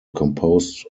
composed